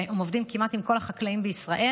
והם עובדים כמעט עם כל החקלאים בישראל,